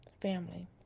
family